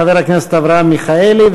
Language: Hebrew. חבר הכנסת אברהם מיכאלי,